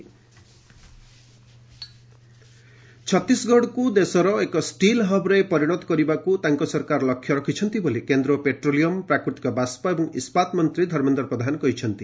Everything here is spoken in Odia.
ପ୍ରଧାନ ଷ୍ଟିଲ୍ ହବ୍ ଛତିଶଗଡ଼କୁ ଦେଶର ଏକ ଷ୍ଟିଲ୍ ହବ୍ରେ ପରିଣତ କରିବାକୁ ତାଙ୍କ ସରକାର ଲକ୍ଷ୍ୟ ରଖିଛନ୍ତି ବୋଲି କେନ୍ଦ୍ର ପେଟ୍ରୋଲିୟମ୍ ପ୍ରାକୃତିକ ବାଷ୍ପ ଏବଂ ଇସ୍କାତ ମନ୍ତ୍ରୀ ଧର୍ମେନ୍ଦ୍ର ପ୍ରଦାନ କହିଛନ୍ତି